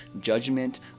judgment